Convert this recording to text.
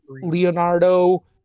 Leonardo